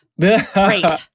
Great